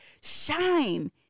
Shine